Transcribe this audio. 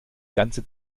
ganze